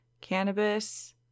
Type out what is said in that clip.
cannabis